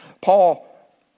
Paul